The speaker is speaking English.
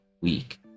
week